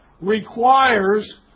requires